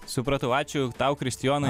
supratau ačiū tau kristijonai